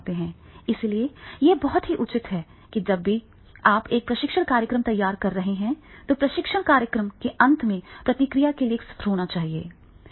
इसलिए यह बहुत ही उचित है कि जब भी आप एक प्रशिक्षण कार्यक्रम तैयार कर रहे हों तो प्रशिक्षण कार्यक्रम के अंत में प्रतिक्रिया के लिए एक सत्र होना चाहिए